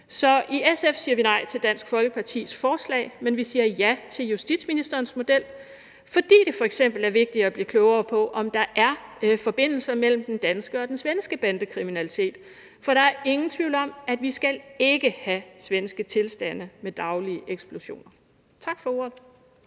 Så i SF siger vi nej til Dansk Folkepartis forslag, men vi siger ja til justitsministerens model, fordi det f.eks. er vigtigt at blive klogere på, om der er forbindelser mellem den danske og den svenske bandekriminalitet. For der er ingen tvivl om, at vi ikke skal have svenske tilstande med daglige eksplosioner. Tak for ordet.